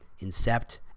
Incept